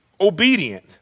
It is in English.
obedient